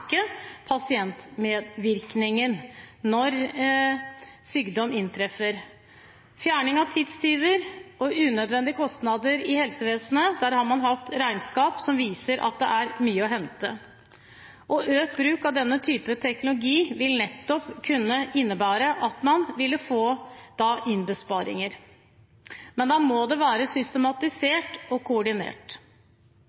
pasientmedvirkningen når sykdom inntreffer. Når det gjelder fjerning av tidstyver og unødvendige kostnader i helsevesenet, har man hatt regnskap som viser at det er mye å hente. Økt bruk av denne type teknologi vil nettopp kunne innebære at man får innsparinger. Men da må det være